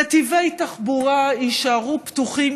נתיבי תחבורה יישארו פתוחים,